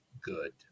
good